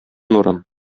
нурым